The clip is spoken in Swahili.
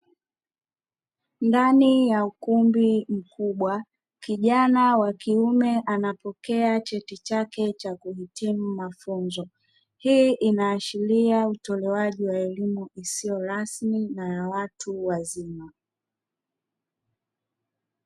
Ndani ya ukumbi mkubwa, kijana wa kiume anapokea cheti chake cha kuhitimu mafunzo. Hii inaashiria utolewaji wa elimu, isiyo rasmi na ya watu wazima.